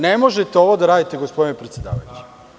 Ne možete ovo da radite, gospodine predsedavajući.